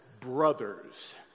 brothers